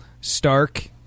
Stark